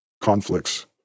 conflicts